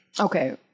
Okay